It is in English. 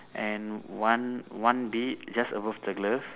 and one one big just above the glove